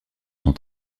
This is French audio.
son